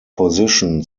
position